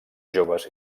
joves